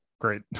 great